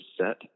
set